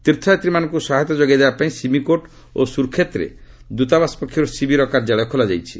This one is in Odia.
ତୀର୍ଥଯାତ୍ରୀମାନଙ୍କୁ ସହାୟତା ଯୋଗାଇ ଦେବା ପାଇଁ ସିମିକୋଟ ଓ ସୁରକ୍ଷେତରେ ଦୂତାବାସ ପକ୍ଷରୁ ଶିବିର କାର୍ଯ୍ୟାଳୟ ଖୋଲା ଯାଇଛି